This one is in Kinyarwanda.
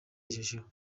yabagejejeho